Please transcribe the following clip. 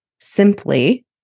simply